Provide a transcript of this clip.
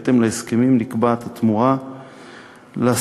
בהתאם להסכמים נקבעת התמורה לספק.